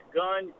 gun